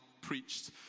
preached